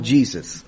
Jesus